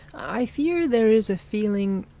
i fear there is a feeling,